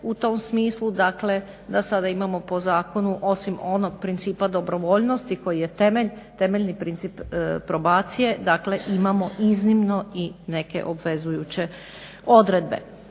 u tom smislu dakle da sada imamo po zakonu osim onog principa dobrovoljnosti koji je temeljni princip probacije, dakle imamo iznimno i neke obvezujuće odredbe.